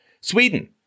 Sweden